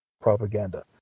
propaganda